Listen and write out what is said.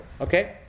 Okay